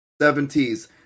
70s